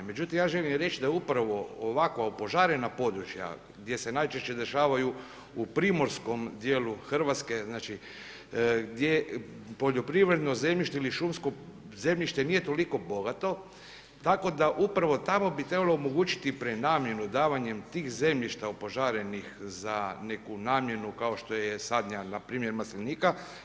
Međutim ja želim reći da upravo ovakva opožarena područja gdje se najčešće dešavaju u primorskom dijelu Hrvatske znači gdje poljoprivredno zemljište ili šumsko zemljište nije toliko bogato, tako ta upravo tamo bi trebalo omogućiti prenamjenu davanjem tih zemljišta opožarenih za neku namjenu kao što je sadnja na primjer maslinika.